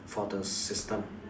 for the system